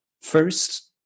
First